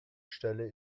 stelle